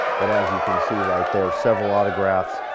but as you can see right there, several autographs.